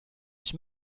ich